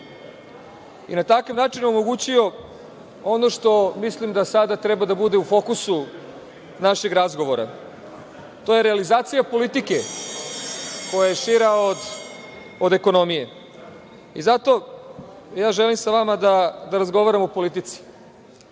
i na takav način omogućio ono što, mislim, da sada treba da bude u fokusu našeg razgovora, to je realizacija politike koja je šira od ekonomije. Zato ja želim sa vama da razgovaram o politici.